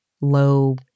low